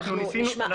אני מבינה.